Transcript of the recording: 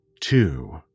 two